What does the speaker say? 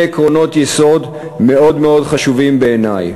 עקרונות יסוד מאוד מאוד חשובים בעיני: